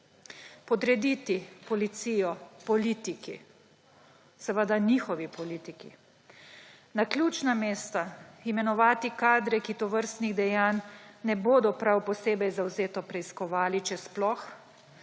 podrediti policijo politiki. Seveda njihovi politiki. Na ključna mesta imenovati kadre, ki tovrstnih dejanj ne bodo prav posebej zavzeto preiskovali, če sploh,